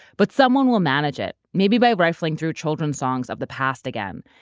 but someone will manage it, maybe by rifling through children's songs of the past again.